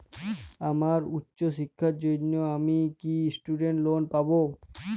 আমার উচ্চ শিক্ষার জন্য আমি কি স্টুডেন্ট লোন পাবো